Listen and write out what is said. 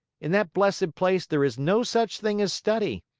in that blessed place there is no such thing as study.